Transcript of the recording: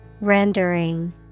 Rendering